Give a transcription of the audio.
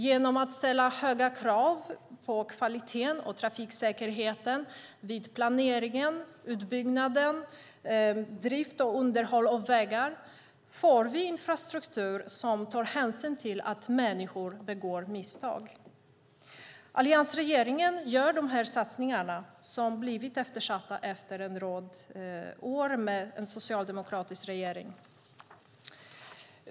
Genom att ställa höga krav på kvaliteten och trafiksäkerheten vid planering, utbyggnad, drift och underhåll av vägar får vi infrastruktur som tar hänsyn till att människor begår misstag. Alliansregeringen gör de här satsningarna, som blivit eftersatta efter en rad år med en socialdemokratisk regering.